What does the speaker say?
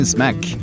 Smack